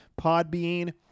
Podbean